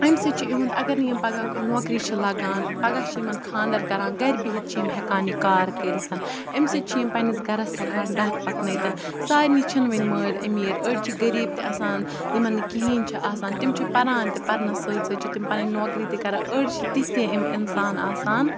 اَمہِ سۭتۍ چھِ یِہُنٛد اگر نہٕ یِم پَگاہ نوکری چھِ لَگان پَگاہ چھِ یِمَن خاندر کَران گَرِ بِہِتھ چھِ یِم ہٮ۪کان یہِ کار کٔرِتھ اَمہِ سۭتۍ چھِ یِم پنٛنِس گَرَس ہٮ۪کان ڈَکھ پَکنٲوِتھ سارنی چھِنہٕ وۄنۍ مٲلۍ أمیٖر أڑۍ چھِ غریٖب تہِ آسان یِمَن نہٕ کِہیٖںۍ چھُ آسان تِم چھِ پَران تہِ پرنَس سۭتۍ سۭتۍ چھِ تِم پَنٕنۍ نوکری تہِ کَران أڑۍ چھِ تِتھ تہِ یِم اِنسان آسان